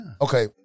Okay